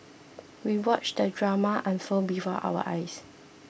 we watched the drama unfold before our eyes